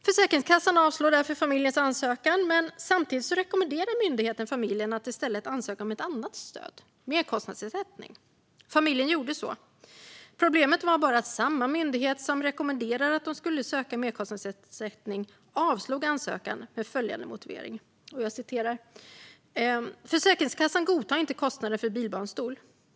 Försäkringskassan avslog därför familjens ansökan, men samtidigt rekommenderade myndigheten familjen att i stället ansöka om ett annat stöd - merkostnadsersättning. Familjen gjorde så. Problemet var bara att samma myndighet som rekommenderade att de skulle söka merkostnadsersättning avslog ansökan med följande motivering: Försäkringskassan godtar inte kostnaden för bilbarnstol.